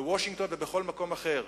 בוושינגטון ובכל מקום אחר.